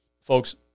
Folks